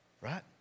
right